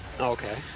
Okay